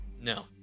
no